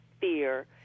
fear